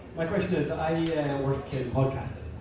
my question is i work in